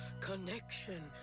connection